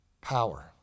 power